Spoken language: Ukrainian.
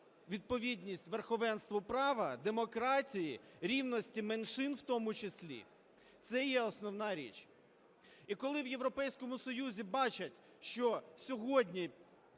відповідність верховенству права, демократії, рівності меншин в тому числі – це є основна річ. І коли в Європейському Союзі бачать, що сьогодні,